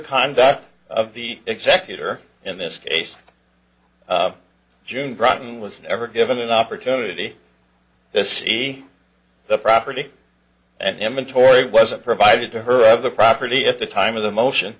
conduct of the executor in this case june broughton was never given an opportunity to see the property and then mentor it wasn't provided to her of the property at the time of the motion